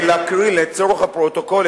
לצורך הפרוטוקול,